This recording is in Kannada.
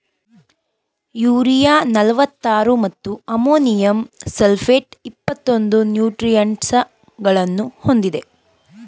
ಯೂರಿಯಾ ನಲ್ವತ್ತಾರು ಮತ್ತು ಅಮೋನಿಯಂ ಸಲ್ಫೇಟ್ ಇಪ್ಪತ್ತೊಂದು ನ್ಯೂಟ್ರಿಯೆಂಟ್ಸಗಳನ್ನು ಹೊಂದಿದೆ